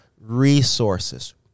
resources